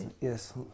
yes